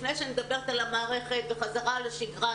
לפני שאני מדברת על המערכת ועל החזרה לשגרה,